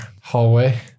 hallway